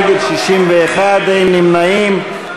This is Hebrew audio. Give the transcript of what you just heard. נגד, 61, אין נמנעים.